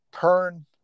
turn